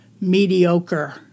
mediocre